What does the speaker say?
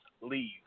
leave